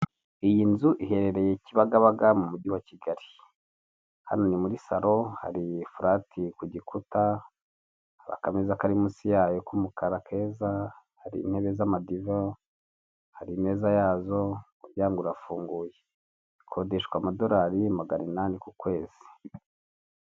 Iyi nzu iherereye i Kibagabaga mu mujyi wa Kigali, hano ni muri saro hari furati ku gikuta hari akameza kari munsi yayo k'umukara keza, hari intebe z'amadiva, hari imeza yazo umuryango urafunguye. Ikodeshwa amadolari magana inani ku kwezi.